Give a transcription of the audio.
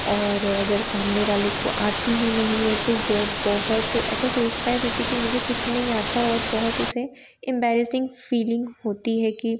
और अगर सामने वाले को आती ही नहीं है तो वो बहुत ऐसा सोचता है जैसे कि मुझे कुछ नहीं आता हो और बहुत उसे इम्बैरेसिंग फीलिंग होती है कि